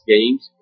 Games